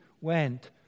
went